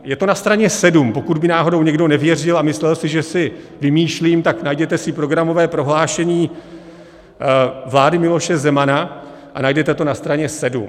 Je to na straně sedm, pokud by náhodou někdo nevěřil a myslel si, že si vymýšlím, tak najděte si programové prohlášení vlády Miloše Zemana a najdete to na straně sedm.